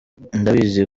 ndabizi